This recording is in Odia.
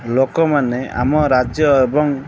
ଲୋକମାନେ ଆମ ରାଜ୍ୟ ଏବଂ